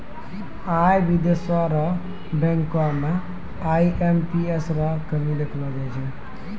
आई भी देशो र बैंको म आई.एम.पी.एस रो कमी देखलो जाय छै